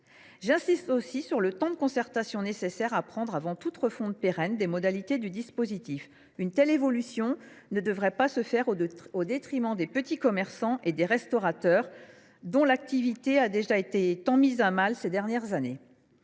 J’insiste aussi sur le temps de concertation nécessaire avant toute refonte pérenne des modalités du dispositif. Une telle évolution ne doit pas se faire au détriment des petits commerçants et des restaurateurs, dont l’activité a déjà été tant mise à mal ces dernières années.